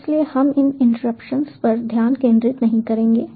इसलिए हम इन इंटरप्टशंस पर ध्यान केंद्रित नहीं करेंगे